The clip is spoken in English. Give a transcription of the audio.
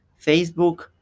Facebook